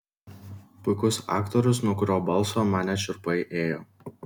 puikus aktorius nuo kurio balso man net šiurpai ėjo